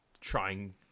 trying